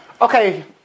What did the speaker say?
okay